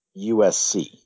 USC